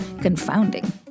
confounding